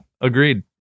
Agreed